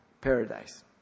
paradise